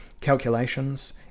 calculations